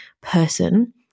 person